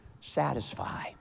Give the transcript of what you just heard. satisfy